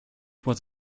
was